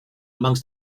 among